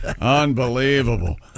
unbelievable